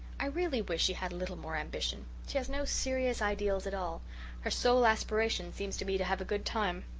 i really wish she had a little more ambition. she has no serious ideals at all her sole ah seems to be to have a good time.